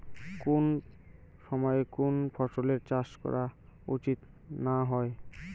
কুন সময়ে কুন ফসলের চাষ করা উচিৎ না হয়?